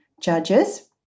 judges